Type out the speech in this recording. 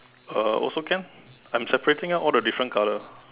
uh also can I'm separating out all the different colour